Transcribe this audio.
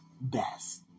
best